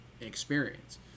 experience